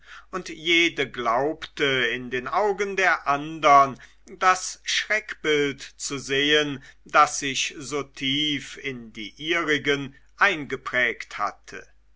und jede glaubte in den augen der andern das schreckbild zu sehen das sich so tief in die ihrigen eingeprägt hatte